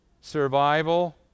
survival